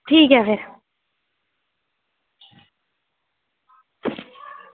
ठीक ऐ फिर